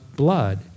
blood